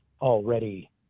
already